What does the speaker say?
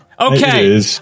okay